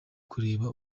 kureba